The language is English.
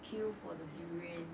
queue for the durian